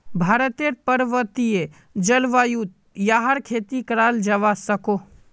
भारतेर पर्वतिये जल्वायुत याहर खेती कराल जावा सकोह